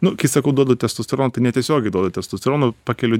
nu kai sakau duodu testosteron tai netiesiogiai duodu testosterono pakeliu